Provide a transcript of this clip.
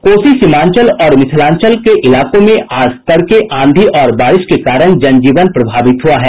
कोसी सीमांचल और मिथिलांचल के इलाकों में आज तड़के आंधी और बारिश के कारण जनजीवन प्रभावित हुआ है